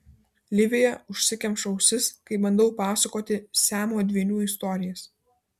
livija užsikemša ausis kai bandau pasakoti siamo dvynių istorijas